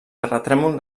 terratrèmol